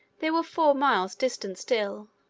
they were four miles distant still,